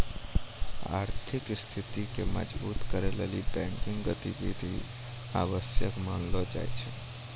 आर्थिक स्थिति के मजबुत करै लेली बैंकिंग गतिविधि आवश्यक मानलो जाय छै